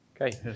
Okay